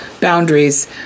boundaries